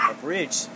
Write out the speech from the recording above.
bridge